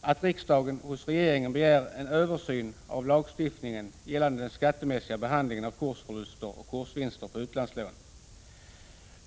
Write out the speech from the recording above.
att riksdagen hos regeringen begär en översyn av lagstiftningen gällande den skattemässiga behandlingen av kursförluster och kursvinster på utlandslån.